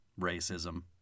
racism